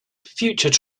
futures